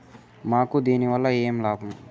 మాకు దీనివల్ల ఏమి లాభం